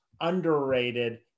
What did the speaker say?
underrated